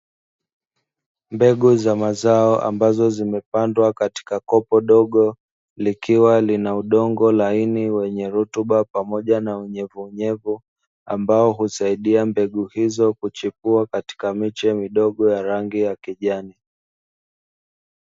Mbegu za mazao ambazo zimepandwa katika kopo dogo, likiwa lina udongo laini wenye rutuba pamoja na unyevuunyevu, ambao husaidia mbegu hizo kuchipua katika miche midogo ya rangi ya kijani.